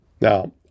Now